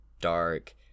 dark